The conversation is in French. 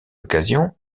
occasion